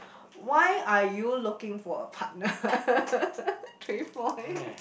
why are you looking for a partner three point